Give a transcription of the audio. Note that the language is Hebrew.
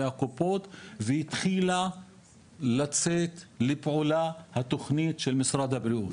מהקופות והתחילה לצאת לפעולה התוכנית של משרד הבריאות,